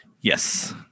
Yes